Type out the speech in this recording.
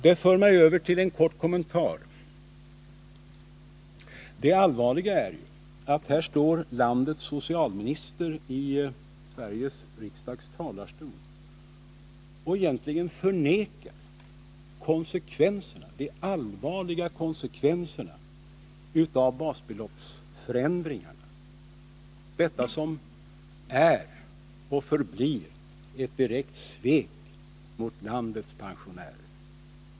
Detta för mig över till en kort kommentar. Det allvarliga är att landets socialminister står i talarstolen i Sveriges riksdag och egentligen förnekar de allvarliga konsekvenserna av basbeloppsförändringarna — de förändringar som är och förblir ett direkt svek mot landets pensionärer.